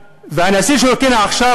והנשיא של אוקראינה עכשיו,